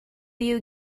you